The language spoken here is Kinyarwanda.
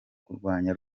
kurwanya